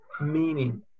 meaning